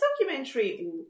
documentary